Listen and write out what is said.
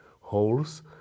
holes